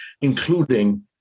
including